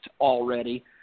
already